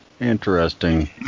Interesting